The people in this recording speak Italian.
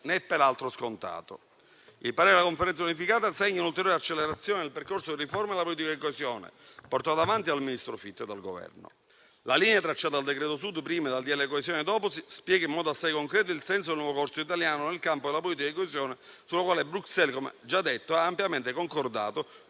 né peraltro scontato. Il parere della Conferenza unificata segna un'ulteriore accelerazione del percorso di riforma della politica di coesione portato davanti dal ministro Fitto e dal Governo. La linea tracciata dal decreto Sud prima e dal decreto-legge coesione dopo spiega in modo assai concreto il senso del nuovo corso italiano nel campo della politica di coesione, sulla quale Bruxelles - come già detto - ha ampiamente concordato,